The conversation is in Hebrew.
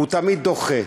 הוא תמיד דוחה.